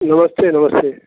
नमस्ते नमस्ते